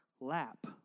lap